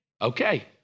Okay